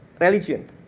religion